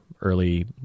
early